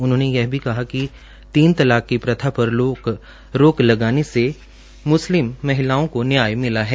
उन्होंने यह भी कहा कि तीन तलाक की प्रथा पर रोक लगने से मुस्लिम महिलाओं को न्याय मिला है